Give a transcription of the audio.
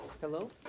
hello